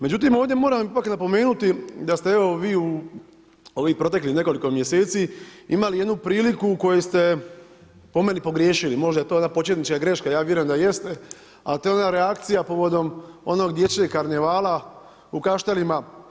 Međutim, ovdje moram ipak napomenuti da ste vi u ovih proteklih nekoliko mjeseci imali jednu priliku u kojoj ste po meni pogriješili, možda je to jedna početnička greška, ja vjerujem da jeste, a to je ona reakcija povodom onog dječjeg karnevala u Kaštelima.